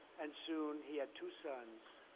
and soon he had two sons.